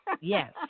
Yes